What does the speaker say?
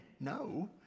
no